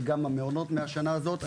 וגם המעונות מהשנה הזאת.